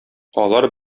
алар